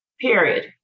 Period